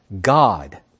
God